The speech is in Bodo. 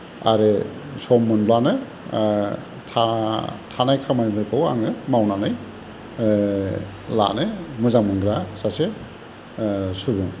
आरो सम मोनब्लानो था थानाय खामानिफोरखौ आङो मावनानै लानो मोजां मोनग्रा सासे सुबुं